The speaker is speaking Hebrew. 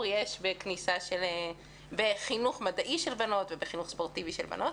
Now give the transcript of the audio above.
יש בחינוך מדעי ובחינוך ספורטיבי של בנות.